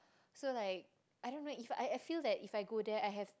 so like I don't know if I I feel that if I go there I have